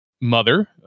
mother